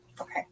Okay